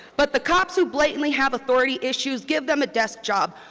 but the cops who blatantly have authority issues, give them a desk job.